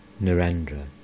Narendra